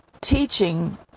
teaching